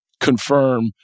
confirm